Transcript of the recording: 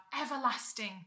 everlasting